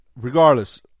Regardless